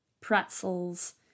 pretzels